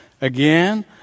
Again